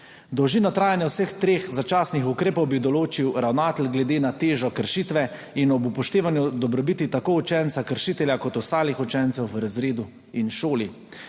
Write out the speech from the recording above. Dolžino trajanja vseh treh začasnih ukrepov bi določil ravnatelj glede na težo kršitve in ob upoštevanju dobrobiti tako učenca kršitelja kot ostalih učencev v razredu in šoli.